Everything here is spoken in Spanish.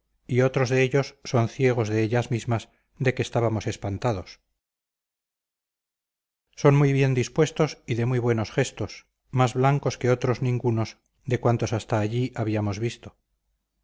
y otros de ellos son ciegos de ellas mismas de que estábamos espantados son muy bien dispuestos y de muy buenos gestos más blancos que otros ningunos de cuantos hasta allí habíamos visto